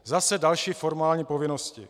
Zase další formální povinnosti!